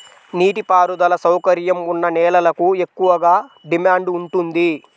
నీటి పారుదల సౌకర్యం ఉన్న నేలలకు ఎక్కువగా డిమాండ్ ఉంటుంది